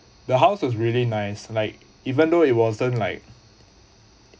the house is really nice like even though it wasn't like